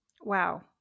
Wow